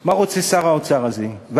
מה שר האוצר הזה רוצה.